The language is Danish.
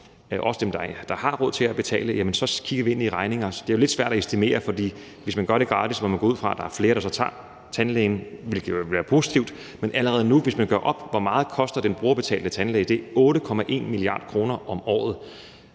også dem, der har råd til at betale, jamen så kigger vi ind i regninger, som er lidt svære at estimere, for hvis man gør det gratis, må man gå ud fra, at der er flere, der så tager til tandlæge, hvilket jo vil være positivt, men allerede nu, hvis man gør op, hvor meget den brugerbetalte tandlæge koster, er det 8,1 mia. kr. om året.